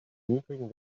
niedrigen